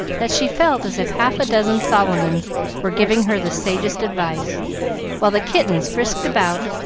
that she felt as if half a dozen solomons were giving her the sagest advice while the kittens frisked about,